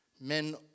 men